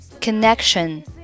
connection